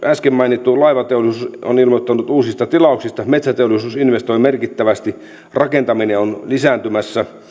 äsken mainittu laivateollisuus on ilmoittanut uusista tilauksista metsäteollisuus investoi merkittävästi rakentaminen on lisääntymässä